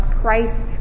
Christ